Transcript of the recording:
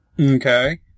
Okay